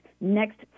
next